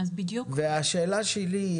והשאלה שלי,